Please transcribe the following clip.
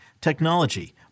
technology